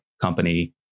company